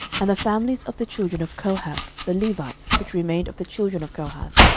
and the families of the children of kohath, the levites which remained of the children of kohath,